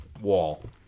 wall